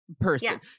person